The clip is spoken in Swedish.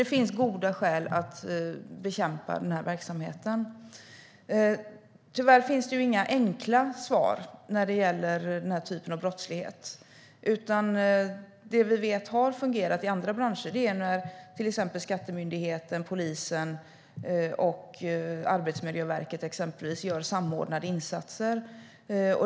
Det finns alltså goda skäl att bekämpa den här verksamheten. Tyvärr finns det inga enkla svar när det gäller den här typen av brottslighet. Det vi vet har fungerat i andra branscher är när till exempel Skattemyndigheten, Polisen och exempelvis Arbetsmiljöverket gör samordnade insatser.